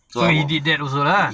so he did that also lah